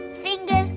Fingers